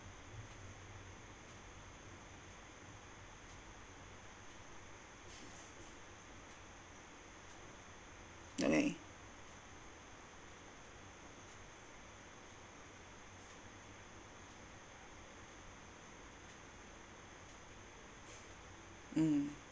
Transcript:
okay mm